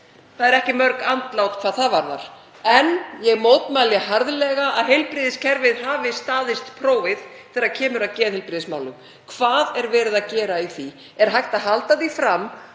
Það eru ekki mörg andlát hvað það varðar, en ég mótmæli því harðlega að heilbrigðiskerfið hafi staðist prófið þegar kemur að geðheilbrigðismálum. Hvað er verið að gera í því? Er hægt að halda því fram